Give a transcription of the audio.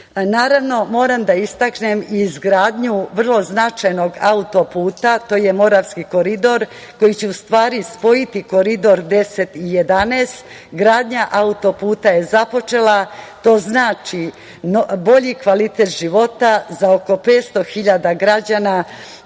Italiju. Naravno, moram da istaknem i izgradnju vrlo značajnog autoputa, to je Moravski koridor, koji će u stvari spojiti Koridor 10 i 11. Gradnja autoputa je započela. To znači bolji kvalitet života za oko 500.000 građana,